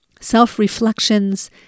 self-reflections